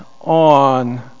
On